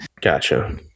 Gotcha